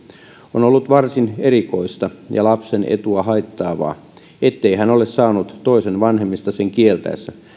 on ollut varsin erikoista ja lapsen etua haittaavaa ettei hän ole saanut toisen vanhemmista sen kieltäessä